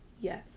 yes